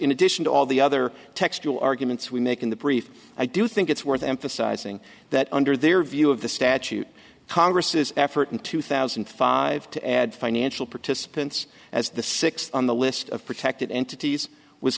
in addition to all the other textual arguments we make in the brief i do think it's worth emphasizing that under their view of the statute congress is effort in two thousand and five to add financial participants as the six on the list of protected entities was